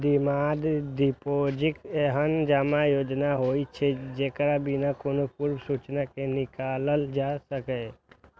demand deposit एहन जमा योजना होइ छै, जेकरा बिना कोनो पूर्व सूचना के निकालल जा सकैए